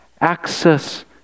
access